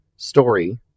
story